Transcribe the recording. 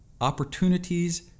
opportunities